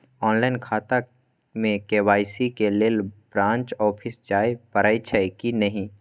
Online खाता में KYC के लेल ब्रांच ऑफिस जाय परेछै कि नहिं?